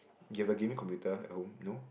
you have a gaming computer at home no